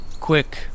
quick